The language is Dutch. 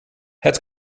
het